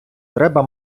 треба